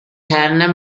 hannah